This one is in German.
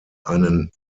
einen